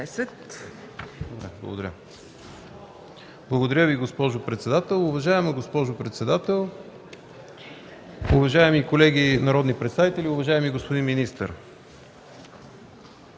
Благодаря Ви, госпожо председател. Уважаема госпожо председател, уважаеми колеги народни представители, уважаеми господин министър!